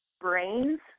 brains